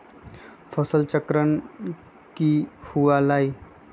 फसल चक्रण की हुआ लाई?